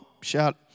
Shout